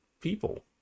people